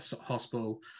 hospital